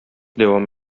дәвам